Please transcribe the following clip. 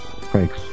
Thanks